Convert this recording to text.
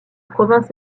province